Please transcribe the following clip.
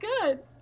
good